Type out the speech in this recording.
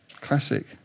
Classic